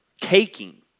taking